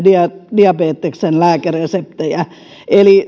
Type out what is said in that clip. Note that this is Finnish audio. diabeteksen lääkereseptejä eli